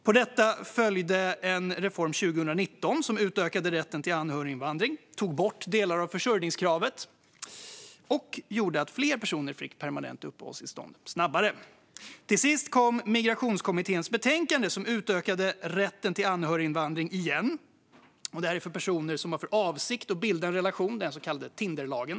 På detta följde en reform 2019 som utökade rätten till anhöriginvandring och tog bort delar av försörjningskravet. Det gjorde att fler personer fick permanent uppehållstillstånd snabbare. Till sist kom Migrationskommitténs betänkande, som utökade rätten till anhöriginvandring igen. Det gäller personer som har för avsikt att bilda en relation, den så kallade Tinderlagen.